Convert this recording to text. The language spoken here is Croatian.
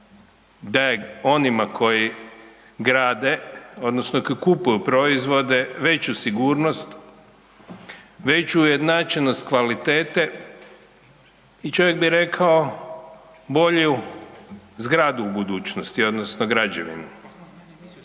daje onima koji grade odnosno koji kupuju proizvode veću sigurnost, veću ujednačenost kvalitete i čovjek bi rekao bolju zgradu u budućnosti, odnosno građevinu.